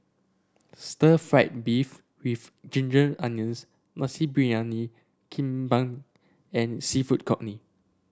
Stir Fried Beef with Ginger Onions Nasi Briyani Kambing and seafood congee